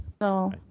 No